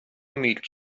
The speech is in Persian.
میلک